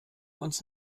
uns